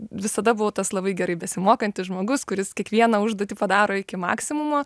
visada buvau tas labai gerai besimokantis žmogus kuris kiekvieną užduotį padaro iki maksimumo